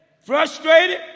frustrated